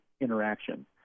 interaction